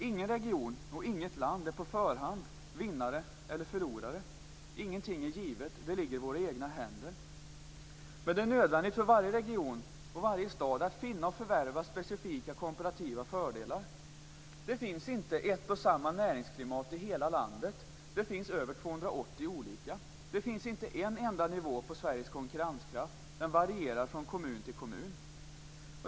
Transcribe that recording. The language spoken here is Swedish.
Ingen region eller inget land är på förhand vinnare eller förlorare. Ingenting är givet, utan det ligger i våra egna händer. Det är nödvändigt för varje region och stad att finna och förvärva specifika komparativa fördelar. Det finns inte ett och samma näringsklimat i hela landet, utan det finns över 280 olika. Det finns inte en enda nivå på Sveriges konkurrenskraft. Den varierar från kommun till kommun.